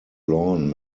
lawn